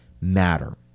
matter